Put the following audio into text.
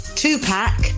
Two-pack